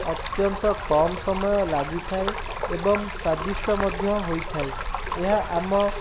ଅତ୍ୟନ୍ତ କମ ସମୟ ଲାଗିଥାଏ ଏବଂ ସ୍ୱାଦିଷ୍ଟ ମଧ୍ୟ ହୋଇଥାଏ ଏହା ଆମ